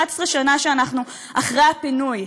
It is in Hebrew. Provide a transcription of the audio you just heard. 11 שנה אנחנו אחרי הפינוי,